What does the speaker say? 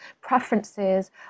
preferences